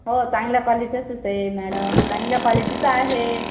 हो चांगल्या क्वालिटीचंच आहे मॅडम चांगल्या क्वालिटीचं आहे